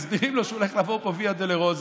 מסבירים לו שהוא הולך לעבור פה ויה דולורוזה,